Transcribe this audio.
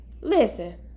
Listen